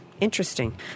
Interesting